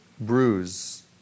bruise